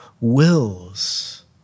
wills